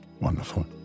Wonderful